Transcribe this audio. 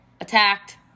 attacked